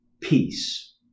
Peace